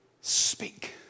Speak